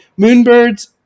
moonbirds